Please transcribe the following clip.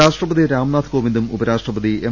രാഷ്ട്രപതി രാംനാഥ് കോവിന്ദും ഉപരാഷ്ട്രപതി എം